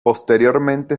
posteriormente